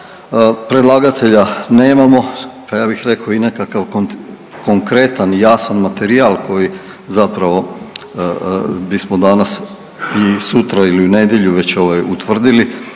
Predlagatelja nemamo, pa ja bih rekao i nekakav konkretan i jasan materijal koji zapravo bismo danas i sutra ili u nedjelju već utvrdili